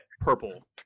purple